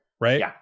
right